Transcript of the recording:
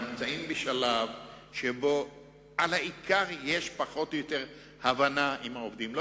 אנחנו נמצאים בשלב שבו על העיקר יש פחות או יותר הבנה עם העובדים,